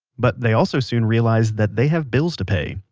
but they also soon realized that they have bills to pay.